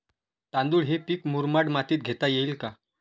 तांदूळ हे पीक मुरमाड मातीत घेता येईल का?